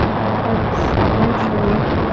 my hips and eventually